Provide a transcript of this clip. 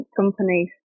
companies